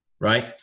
Right